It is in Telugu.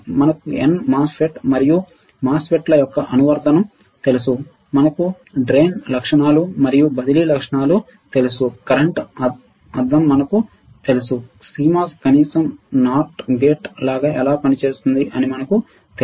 మనకు n MOSFET మరియు MOSFET ల యొక్క అనువర్తనం తెలుసు మనకు కాలువ లక్షణాలు మరియు బదిలీ లక్షణాలు తెలుసు కరెంట్ అద్దం మనకు తెలుసు CMOS కనీసం నాట్ గేట్ లాగా ఎలా పనిచేస్తుంది అని మనకు తెలుసు